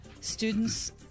students